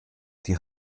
die